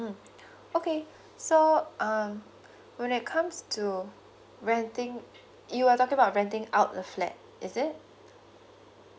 mm okay so um when it comes to renting you are talking about renting out the flat is it